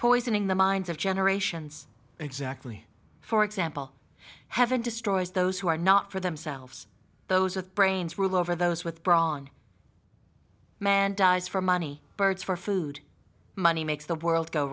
poisoning the minds of generations exactly for example heaven destroys those who are not for themselves those with brains rule over those with brawn man dies for money birds for food money makes the world go